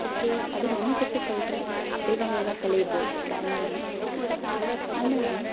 okay ಅದು ಮನಸಿಟ್ಟು ಕಲಿತ್ರೆ ಬೇಗ ಬೇಗ ಕಲಿಬೋದು ಡ್ರಾಯಿಂಗನ್ನು ಆಮೇಲೆ